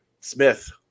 Smith